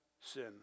sin